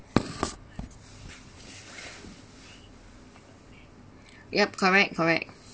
yup correct correct